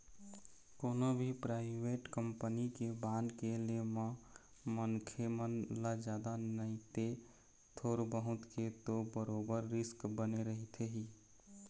कोनो भी private company के बांड के ले म मनखे मन ल जादा नइते थोर बहुत के तो बरोबर रिस्क बने रहिथे ही